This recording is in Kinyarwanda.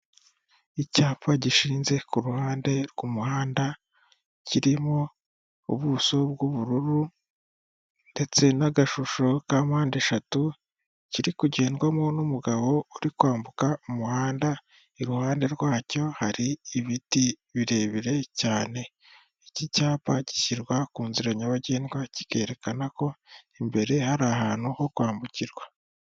Icyapa gishinze ku ruhande rw'umuhanda kirimo ubuso bw'ubururu ndetse n'agashusho ka mpande eshatu kiri kugendwamo n'umugabo uri kwambuka umuhanda. Iruhande rwacyo hari ibiti birebire cyane. Iki cyapa gishyirwa ku nzira nyabagendwa kikerekana ko imbere hari ahantu ho kwambukirwa.